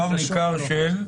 "במספר ניכר" של?